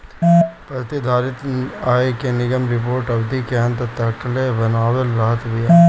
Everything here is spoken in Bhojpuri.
प्रतिधारित आय के निगम रिपोर्ट अवधि के अंत तकले बनवले रहत बिया